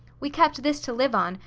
we kept this to live on,